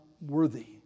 worthy